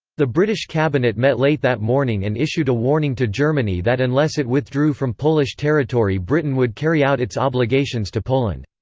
the british cabinet met late that morning and issued a warning to germany that unless it withdrew from polish territory britain would carry out its obligations to poland.